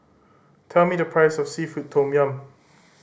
tell me the price of seafood tom yum